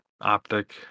Optic